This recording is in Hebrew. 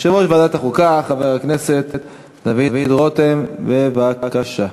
יושב-ראש ועדת החוקה, חבר הכנסת דוד רותם, בבקשה.